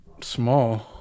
small